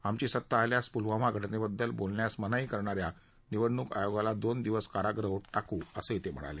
आमची सत्ता आल्यास पुलवामा घटनेबद्दल बोलण्यास मनाई करणाऱ्या निवडणूक आयोगाला दोन दिवस कारागृहात टाकू असेही ते म्हणाले